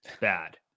bad